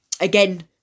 again